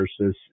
versus